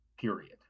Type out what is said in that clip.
period